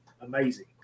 amazing